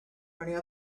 running